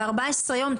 ו-14 יום,